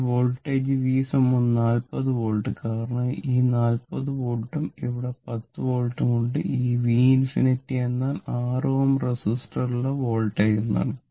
ഈ voltage v 40 volt കാരണം ഈ 40 വോൾട്ടും ഇവിടെ 10 വോൾട്ടും ഉണ്ട് ഈ v ∞ എന്നാൽ 6 Ω റെസിസ്റ്ററിലുള്ള വോൾട്ടേജ് എന്നാണ്